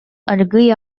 аргыый